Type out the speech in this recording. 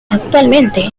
actualmente